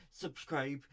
subscribe